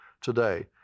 today